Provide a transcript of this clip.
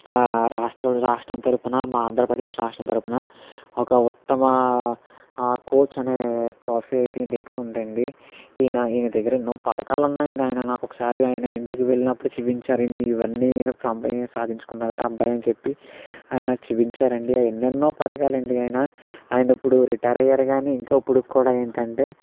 రాష్ట్ర రాష్ట్రం తరపున మన ఆంధ్రప్రదేశ్ రాష్ట్రం తరపున ఒక ఉత్తమ కోచ్ అనే ట్రాఫి అయితే ఈయన దగ్గర ఉందండి ఈయన ఈయన దగ్గర ఎన్నో పథకాలు ఉన్నాయి ఆయన నాకు ఒకసారి ఆయన ఇంటికి వెళ్ళినప్పుడు చూపించారు ఇవన్నీ నేను సంప సాధించుకున్నారా అబ్బాయి అని చెప్పి ఆయన నాకు చూపించారు అండి ఎన్నెన్నో పథకాలు అండి ఆయన ఆయన ఇప్పుడు రిటైర్ అయ్యారు కానీ ఇంకా ఇప్పటికి కూడా ఏంటంటే